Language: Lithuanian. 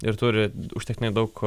ir turi užtektinai daug